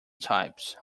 types